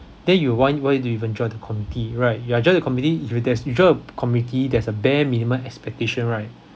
then you why why do you even join the committee right if you join the committee if you there's if you join a committee there's a bare minimum expectation right